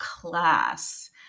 class